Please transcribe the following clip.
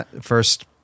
first